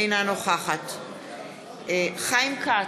אינה נוכחת חיים כץ,